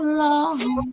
long